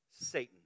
satan